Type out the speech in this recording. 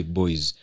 boys